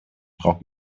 braucht